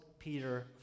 Peter